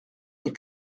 des